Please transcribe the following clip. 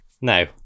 no